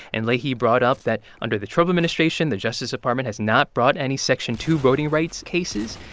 and leahy brought up that under the trump administration, the justice department has not brought any section two voting rights cases.